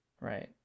right